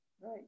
Right